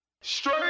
Straight